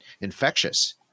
infectious